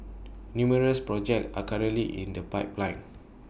numerous projects are currently in the pipeline